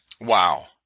Wow